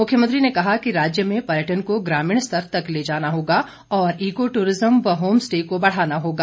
मुख्यमंत्री ने कहा कि राज्य में पर्यटन को ग्रामीण स्तर तक ले जाना होगा और इको टूरिज्म और होम स्टे को बढ़ाना होगा